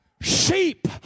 Sheep